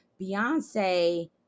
Beyonce